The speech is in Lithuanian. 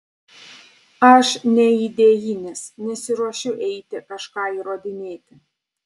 aš neidėjinis nesiruošiu eiti kažką įrodinėti